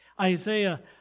Isaiah